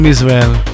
Israel